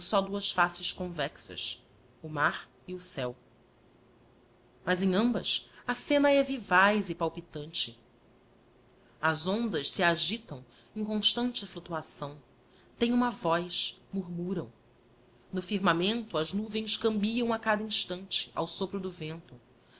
duas faces convexas o mar e o céu mas em ambas a scena é vivaz e palpitante as ondas se agitam em constante fluctuação têm uma voz murmuram no firmamento as nuvens cambiam a cada instante ao sopro do vento